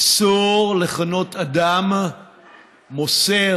אסור לכנות אדם "מוסר",